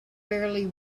fairly